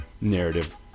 narrative